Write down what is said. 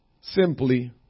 simply